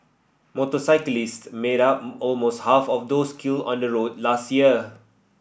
motorcyclist made up almost half of those killed on the roads last year